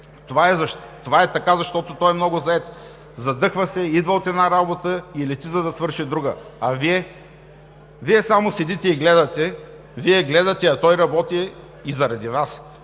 Това е така, защото той е много зает. Задъхва се, идва от една работа и лети, за да свърши друга. А Вие?! Вие само седите и гледате, Вие гледате, а той работи и заради Вас